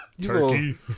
turkey